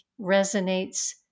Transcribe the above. resonates